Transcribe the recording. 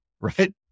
right